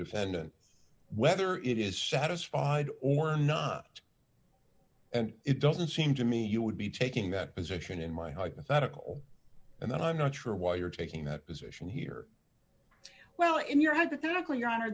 defendant whether it is satisfied or not and it doesn't seem to me you would be taking that position in my hypothetical and then i'm not sure why you're taking that position here well in your head the declare your honor